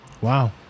Wow